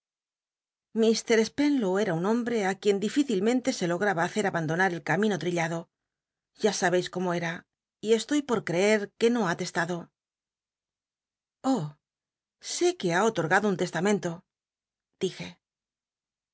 llr spenlow era un hombre í quien difícilmente se lograba hacer abandonar el camino trillado ya sabeis cómo era y estoy por creet que no ha testado oh sé que ha otorgado un testamento lije